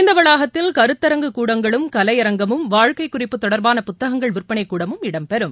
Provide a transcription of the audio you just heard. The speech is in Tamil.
இந்த வளாகத்தில் கருத்தரங்கு கூடங்களும் கலையரங்கமும் வாழ்க்கைக் குறிப்பு தொடர்பான புத்தகங்கள் விற்பனை கூடமும் இடம்பெறும்